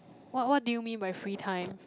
what what do you mean by free time